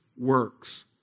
works